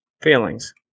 feelings